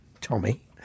Tommy